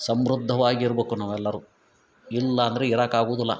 ಸಮೃದ್ಧವಾಗಿ ಇರ್ಬೇಕು ನಾವು ಎಲ್ಲರೂ ಇಲ್ಲಾಂದ್ರೆ ಇರಕ್ಕಾಗುವುದಿಲ್ಲ